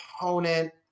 opponent